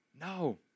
No